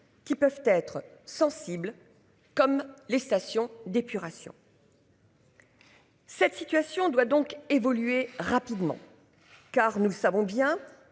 qui peuvent être sensibles comme les stations d'épuration. Cette situation doit donc évoluer rapidement, car nous savons bien,